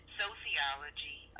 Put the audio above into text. sociology